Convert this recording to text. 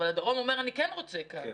אבל הדרום אומר, אני כן רוצה כאן.